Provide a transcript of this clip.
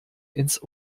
ins